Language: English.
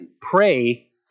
Pray